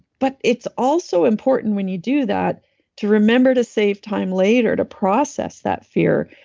but it's also important when you do that to remember to save time later to process that fear.